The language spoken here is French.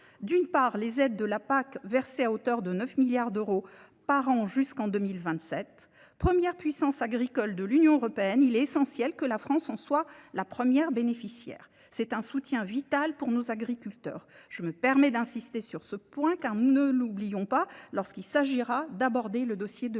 agricole commune (PAC) versées à hauteur de 9 milliards d’euros par an jusqu’en 2027. Première puissance agricole de l’Union européenne, il est essentiel que la France en soit la première bénéficiaire. C’est un soutien vital pour nos agriculteurs. Je me permets d’insister sur ce point, car nous ne devrons pas l’oublier lorsqu’il s’agira d’aborder le dossier de l’élargissement.